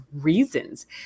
reasons